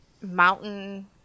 mountain